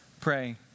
pray